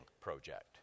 project